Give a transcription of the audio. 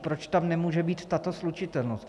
Proč tam nemůže být tato slučitelnost?